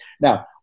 now